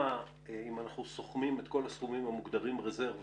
אם נסכום את כל מה שמוגדר "רזרבה"